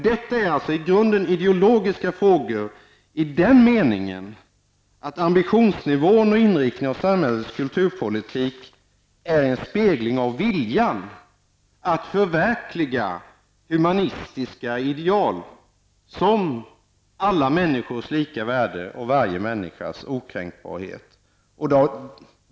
Dessa frågor är i grunden ideologiska i den meningen att ambitionsnivån och inriktningen av samhällets kulturpolitik är en spegling av viljan att förverkliga humanistiska ideal, såsom alla människors lika värde och varje människas okränkbarhet.